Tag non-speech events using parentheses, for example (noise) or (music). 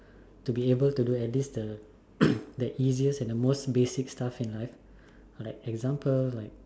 to be able to do at least the (coughs) the easiest and the most basic stuff in life or like example like